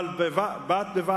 אבל בד בבד,